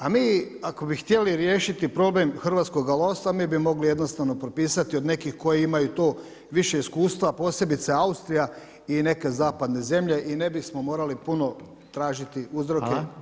A mi ako bi htjeli riješiti problem hrvatskoga lovstva, mi bi mogli jednostavno propisati od nekih koji imaju to više iskustva, a posebice Austrija i neke zapadne zemlje i ne bismo morali puno tražiti uzroke i posljedice.